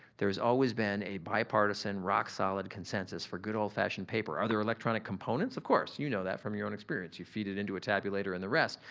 there's always been a bipartisan, rock solid consensus for good old fashioned paper. are there electronic components? of course, you know that from your own experience. you feed it into a tabulator and the rest.